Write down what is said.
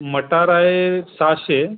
मटार आहे सहाशे